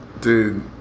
Dude